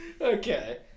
okay